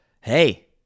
hey